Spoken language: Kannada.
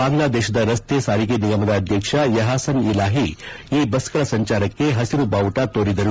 ಬಾಂಗ್ಲಾ ದೇಶದ ರಸ್ತೆ ಸಾರಿಗೆ ನಿಗಮದ ಅಧ್ಯಕ್ಷ ಎಹಾಸಾನ್ ಇಲಾಹಿ ಈ ಬಸ್ಗಳ ಸಂಚಾರಕ್ಕೆ ಹಬರು ಬಾವುಟ ತೋರಿದರು